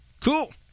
Cool